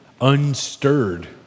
unstirred